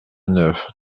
neuf